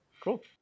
Cool